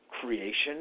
creation